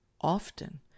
often